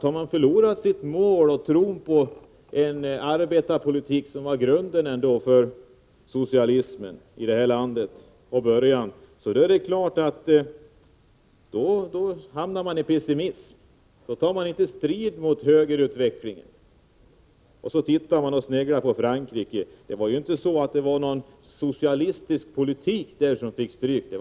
Har man förlorat tron på en arbetarpolitik, som från början ändå var grunden för socialismen här i landet, är det klart att man sjunker ned i pessimism, och då tar man inte strid mot högerutvecklingen. Då sneglar man mot Franrike, men det var ju inte en socialistisk politik som fick stryk där.